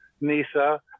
NISA